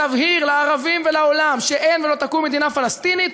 תבהיר לערבים ולעולם שאין ולא תקום מדינה פלסטינית.